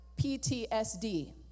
PTSD